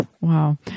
Wow